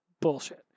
Bullshit